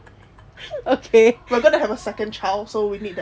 okay we're gonna have a second child so we need that money